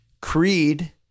Creed